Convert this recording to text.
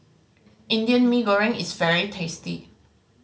Indian Mee Goreng is very tasty